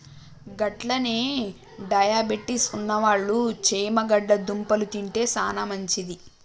గట్లనే డయాబెటిస్ ఉన్నవాళ్ళు చేమగడ్డ దుంపలు తింటే సానా మంచిది